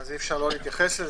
אז אי-אפשר לא להתייחס לזה.